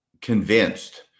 convinced